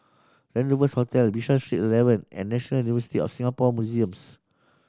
Rendezvous Hotel Bishan Street Eleven and National University of Singapore Museums